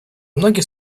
многих